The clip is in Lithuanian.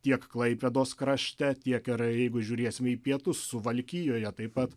tiek klaipėdos krašte tiek ir jeigu žiūrėsime į pietus suvalkijoje taip pat